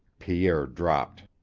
pierre dropped.